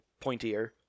pointier